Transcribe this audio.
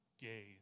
gaze